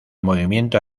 movimiento